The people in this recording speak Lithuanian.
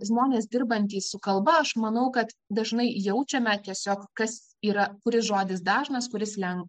žmonės dirbantys su kalba aš manau kad dažnai jaučiame tiesiog kas yra kuri žodis dažnas kuris len